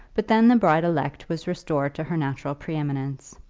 but then the bride elect was restored to her natural pre-eminence.